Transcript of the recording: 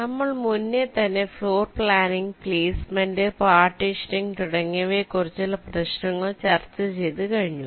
നമ്മൾ മുന്നേ തന്നെ ഫ്ലോർ പ്ലാനിംഗ് പ്ലേസ്മെന്റ് പാർട്ടീഷനിങ് തുടങ്ങിയവയെ കുറിച്ചുള്ള പ്രശ്നങ്ങൾ ചർച്ച ചെയ്ത് കഴിഞ്ഞു